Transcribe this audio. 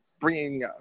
bringing –